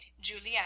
Juliet